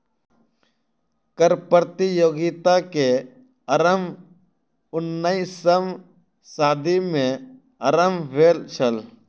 कर प्रतियोगिता के आरम्भ उन्नैसम सदी में आरम्भ भेल छल